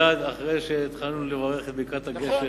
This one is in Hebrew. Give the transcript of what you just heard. מייד אחרי שהתחלנו לברך את ברכת הגשם,